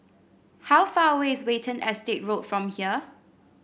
how far away is Watten Estate Road from here